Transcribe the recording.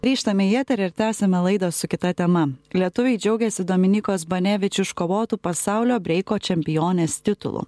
grįžtame į eterį ir tęsiame laidą su kita tema lietuviai džiaugiasi dominikos banevič iškovotu pasaulio breiko čempionės titulu